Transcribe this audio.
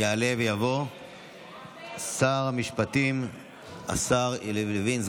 יעלה ויבוא שר המשפטים השר יריב לוין,